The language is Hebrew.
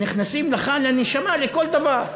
נכנסים לך לנשמה לכל דבר.